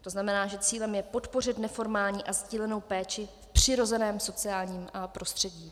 To znamená, že cílem je podpořit neformální a sdílenou péči v přirozeném sociálním prostředí.